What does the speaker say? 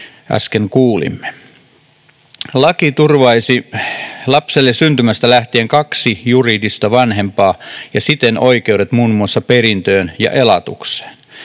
Laki turvaisi lapselle syntymästä lähtien kaksi juridista vanhempaa ja siten oikeudet muun muassa perintöön ja elatukseen.